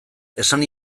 esan